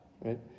right